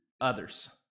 others